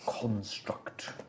construct